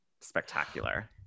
spectacular